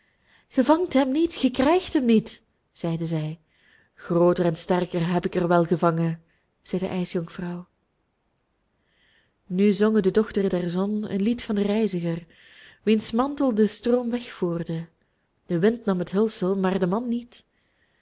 ge vangt hem niet ge krijgt hem niet zeiden zij grooter en sterker heb ik er wel gevangen zei de ijsjonkvrouw nu zongen de dochteren der zon een lied van den reiziger wiens mantel de stroom wegvoerde de wind nam het hulsel maar den man niet